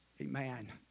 Amen